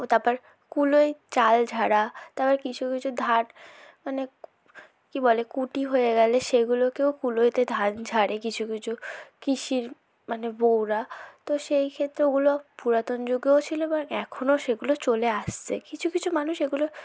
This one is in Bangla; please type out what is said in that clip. তারপর কুলোয় চাল ঝাড়া তারপর কিছু কিছু ধান মানে কী বলে কুটি হয়ে গেলে সেগুলোকেও কুলোয়তে ধান ঝাড়ে কিছু কিছু কৃষি র মানে বউরা তো সেইক্ষেত্রগুলো পুরাতন যুগেও ছিলো এখনও সেগুলো চলে আসসে কিছু কিছু মানুষ এগুলো